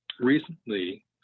recently